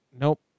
Nope